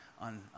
on